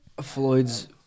floyd's